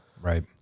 Right